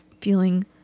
feeling